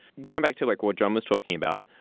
going back to like what jon was talking about,